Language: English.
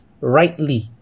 rightly